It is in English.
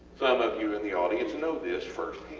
some of you in the audience know this first